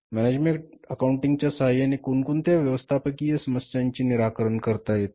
management accounting च्या सहाय्याने कोणकोणत्या व्यवस्थापकीय समस्यांचे निराकरण करता येते